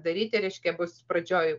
daryti reiškia bus pradžioj